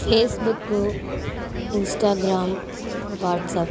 Facebook Instagram WhatsApp